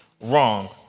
wrong